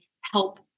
help